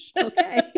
Okay